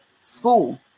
school